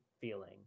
feeling